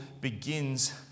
begins